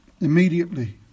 immediately